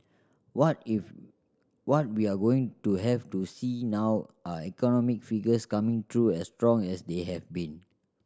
what if what we're going to have to see now are economic figures coming through as strong as they have been